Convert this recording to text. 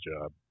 job